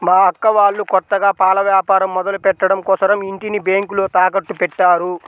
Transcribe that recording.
మా అక్క వాళ్ళు కొత్తగా పాల వ్యాపారం మొదలుపెట్టడం కోసరం ఇంటిని బ్యేంకులో తాకట్టుపెట్టారు